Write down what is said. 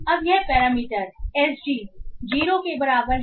अब यह parameter SG 0 के बराबर है